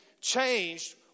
changed